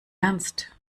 ernst